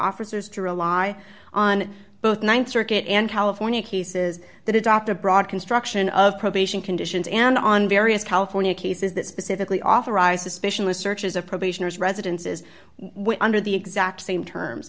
officers to rely on both th circuit and california cases that adopt a broad construction of probation conditions and on various california cases that specifically authorized the specialist searches of probationers residences when under the exact same terms